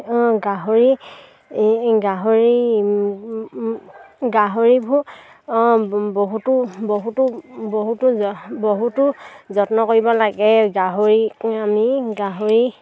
অঁ গাহৰি গাহৰি গাহৰিবোৰ বহুতো বহুতো বহুতো বহুতো যত্ন কৰিব লাগে গাহৰি আমি গাহৰি